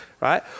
right